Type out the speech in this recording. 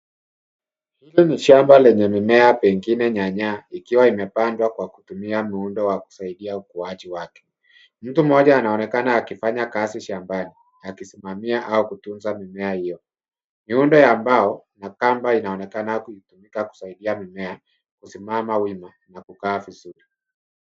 Hili ni shamba lenye mimea pengine nyanya ikiwa imepandwa kwa kutumia muundo wa kusaidia ukuaji wake. Mtu mmoja anaonekana akifanya kazi shambani akisimamia au kutunza mimea hiyo. Miundo ya mbao na kamba inaonekana ikitumika kusaidia mimea kusimama wima na kukaa vizuri.